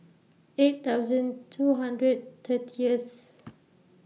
eight thousand two hundred thirtieth